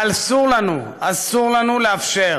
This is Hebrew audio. ואסור לנו, אסור לנו לאפשר